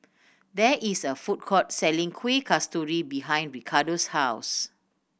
there is a food court selling Kueh Kasturi behind Ricardo's house